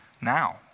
now